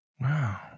Wow